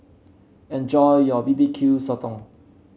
enjoy your B B Q Sotong